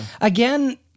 again